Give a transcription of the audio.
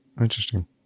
Interesting